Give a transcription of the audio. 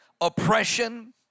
oppression